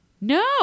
No